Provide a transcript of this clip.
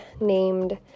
named